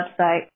website